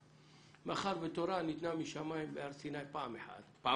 מאחר והתורה ניתנה משמיים והר סיני פעמיים,